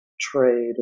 trade